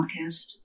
podcast